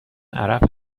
عرب